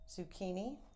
zucchini